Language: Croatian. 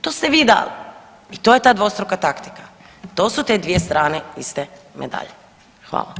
To ste vi dali i to je ta dvostruka taktika, to su te dvije strane iste medalje.